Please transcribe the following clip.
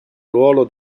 ruolo